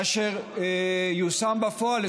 מה שיושם בפועל,